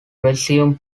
resume